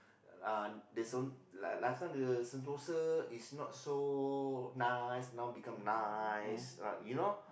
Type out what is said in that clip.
uh this one like like last time the Sentosa is not so nice now become nice right you know